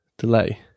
delay